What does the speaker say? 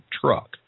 truck